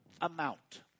amount